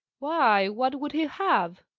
why, what would he have?